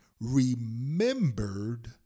remembered